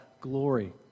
glory